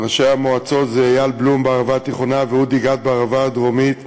ראשי המועצות הם אייל בלום בערבה התיכונה ואודי גת בערבה הדרומית,